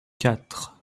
quatre